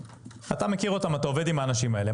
אתה מכיר אותם, אתה עובד עם האנשים האלה.